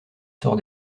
sort